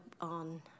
on